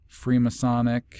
Freemasonic